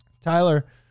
Tyler